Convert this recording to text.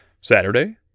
Saturday